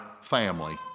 family